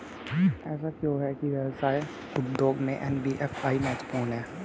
ऐसा क्यों है कि व्यवसाय उद्योग में एन.बी.एफ.आई महत्वपूर्ण है?